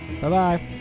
Bye-bye